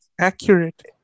Accurate